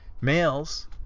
males